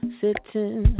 sitting